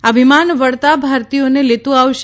આ વિમાન વળતાં ભારતીયોને લેતું આવશે